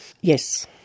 Yes